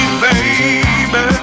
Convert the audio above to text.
baby